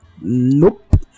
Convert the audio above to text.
nope